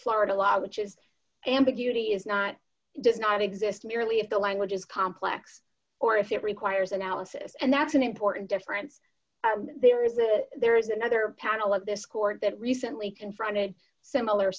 florida law which is ambiguity is not does not exist merely if the language is complex or if it requires analysis and that's an important difference there is it there is another panel of this court that recently confronted similar